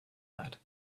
that